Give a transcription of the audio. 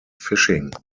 fishing